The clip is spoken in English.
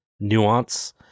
nuance